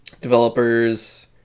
developers